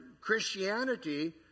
Christianity